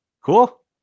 cool